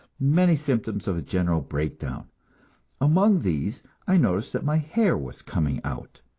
many symptoms of a general breakdown among these i noticed that my hair was coming out.